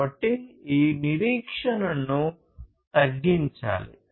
కాబట్టి ఈ నిరీక్షణను తగ్గించాలి